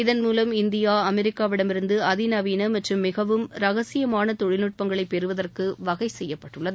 இதன்மூலம் இந்தியா அமெரிக்காவிடமிருந்து அதிநவீள மற்றும் மிகவும் ரகசியமான தொழில்நட்பங்களை பெறுவதற்கு வகை செய்யப்பட்டுள்ளது